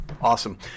Awesome